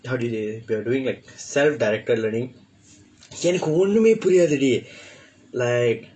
how do they we're doing like self directed learning எனக்கு ஒன்னுமே புரியாது:enakku onnummee puriyaathu dey like